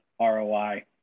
ROI